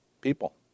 People